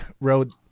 wrote